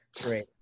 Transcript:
Great